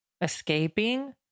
escaping